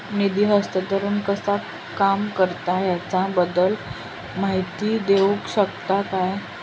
निधी हस्तांतरण कसा काम करता ह्याच्या बद्दल माहिती दिउक शकतात काय?